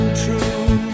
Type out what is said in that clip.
true